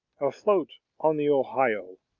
afloat on the ohio,